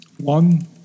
one